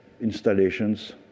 installations